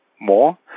more